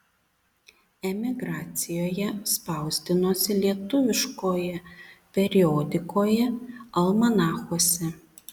emigracijoje spausdinosi lietuviškoje periodikoje almanachuose